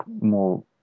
more